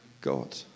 God